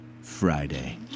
Friday